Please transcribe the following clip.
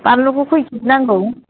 बानलुखौ खै केजि नांगौ